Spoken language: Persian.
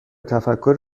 تفکری